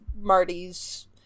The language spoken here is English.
marty's